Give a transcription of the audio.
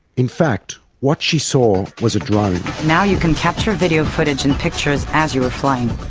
in fact, what she saw was a drone. now you can capture video footage and pictures as you are flying.